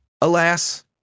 alas